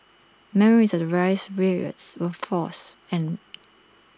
memories and race riots were forth and